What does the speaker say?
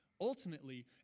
ultimately